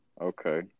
Okay